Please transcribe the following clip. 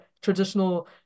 traditional